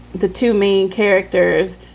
the two main characters,